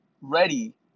ready